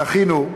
זכינו,